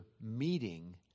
meeting